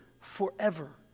forever